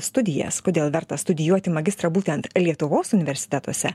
studijas kodėl verta studijuoti magistrą būtent lietuvos universitetuose